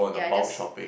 ya I just